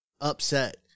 upset